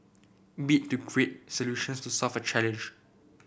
bit to create solutions to solve a challenge